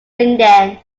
linden